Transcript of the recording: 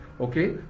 okay